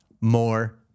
more